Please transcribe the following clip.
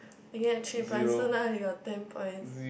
you get three points so now you got ten points